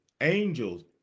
angels